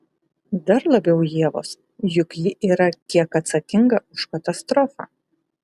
dar labiau ievos juk ji yra kiek atsakinga už katastrofą